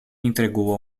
entregou